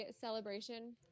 celebration